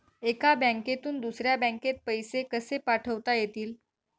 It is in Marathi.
एका बँकेतून दुसऱ्या बँकेत पैसे कसे पाठवता येतील?